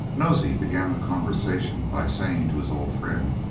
nosey began the conversation by saying to his old friend,